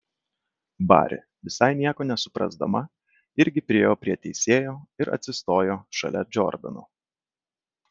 bari visai nieko nesuprasdama irgi priėjo prie teisėjo ir atsistojo šalia džordano